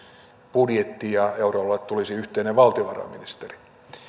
budjetti ja euroalueelle tulisi yhteinen valtiovarainministeri